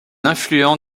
affluent